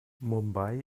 mumbai